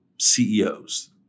CEOs